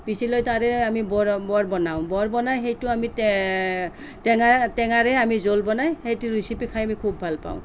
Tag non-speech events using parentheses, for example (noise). পিঁচি লৈ তাৰে আমি বৰ বৰ বনাওঁ বৰ বনাই সেইটো আমি (unintelligible) টেঙা টেঙাৰে আমি জোল বনায় সেইটিও ৰেচিপি খাই আমি খুব ভাল পাওঁ